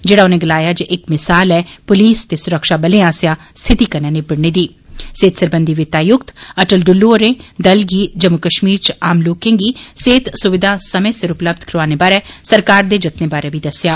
जेह्ड़ा उनें गलाया जे इक मिसाल ऐ पुलस ते सुरक्षाबलें आस्सेआ स्थिति कन्नै निबडत्रने दी सेहृत सरबंधी वित आयुक्त अटल डुल्लू होरें दल गी जम्मू कश्मीर च आम लोकें गी सेहत सुविधा समें सिर उपलब्ध करोआने बारे सरकार दे जतनें बारे बी दस्सेआ